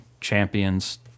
champions